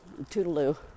toodaloo